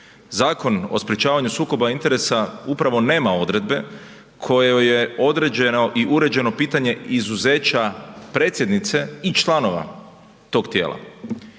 Zakon o sprečavanju sukoba interesa upravo nema odredbe kojoj je određeno i uređeno pitanje izuzeća predsjednice i članova tog tijela,